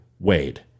Wade